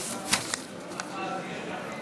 כבוד היושב-ראש,